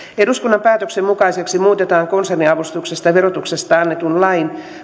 eduskunnan päätöksen mukaisesti muutetaan konserniavustuksesta verotuksessa annetun lain